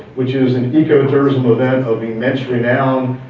which is an eco-tourism event of the immense renowned,